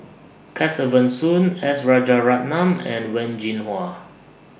Kesavan Soon S Rajaratnam and Wen Jinhua